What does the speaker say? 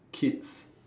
kids